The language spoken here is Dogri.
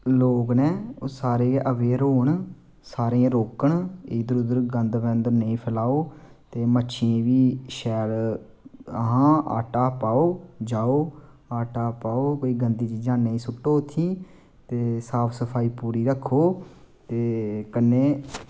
लोग न ओह् सारे गै अवेयर होन सारे गै रोकन इद्धर उद्धर गंद नेईं फैलाओ ते मच्छियै गी शैल आं आटा पाओ जाओ ते गंदी चीज़ां नेईं सुट्टो इत्थें ते साफ सफाई पूरी रक्खो ते कन्नै